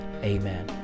Amen